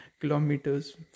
kilometers